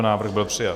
Návrh byl přijat.